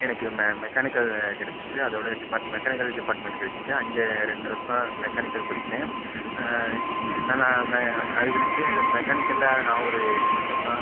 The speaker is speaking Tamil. எனக்கு மெ மெக்கானிக்கல் கிடச்சிச்சி அதைவுட டிப்பார்ட் மெக்கானிக்கல் டிப்பார்ட்மெண்ட் கிடச்சிச்சி அங்கே ரெண்டு வர்ஷம் மெக்கானிக்கல் படிச்சேன் அதுக்கடுத்து மெக்கானிக்கலில் நான் ஒரு என்ன சொன்னால்